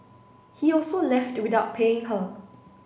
he also left without paying her